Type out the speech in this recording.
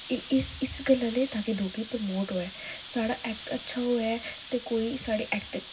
इस गल्ला लेई जेह् डोगरी प्रमोट होए साढ़ा एक्ट अच्छा होए ते कोई साढ़े एक्ट कन्नै इम्प्रैस होंदा ऐ